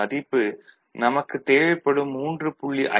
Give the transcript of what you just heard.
அதன் மதிப்பு நமக்கு தேவைப்படும் 3